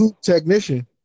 Technician